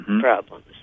problems